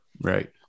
Right